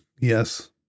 Yes